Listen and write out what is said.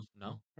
No